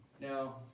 Now